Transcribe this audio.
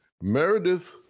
Meredith